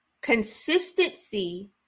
Consistency